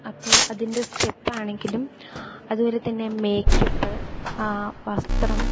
അപ്പോ അതിൻ്റെ സ്റ്റെപ്പാണെങ്കിലും അത്പോലെ തന്നെ മേക്കപ്പ് വസ്ത്രം